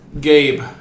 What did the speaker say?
Gabe